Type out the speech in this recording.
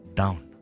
down